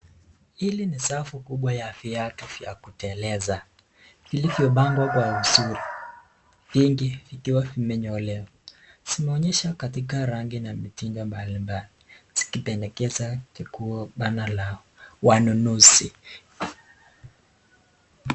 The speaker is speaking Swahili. Hii ni safu kubwa ya viatu vya kuteleza vilivyopangwa kwa vizuri vingi vikiwa vimenyolewa. Zinaonyesha katika rangi na mitindo mbalimbali zikipendekeza chaguo pana la wachaguzi.